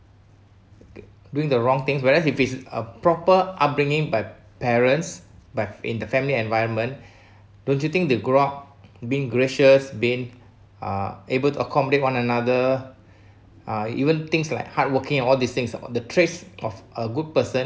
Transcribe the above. doing the wrong things whereas if it's a proper upbringing by parents but in the family environment don't you think the grew up being gracious being uh able to accommodate one another uh even things like hardworking and all these things or the traits of a good person